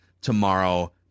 tomorrow